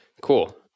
Cool